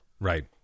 Right